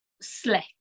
slick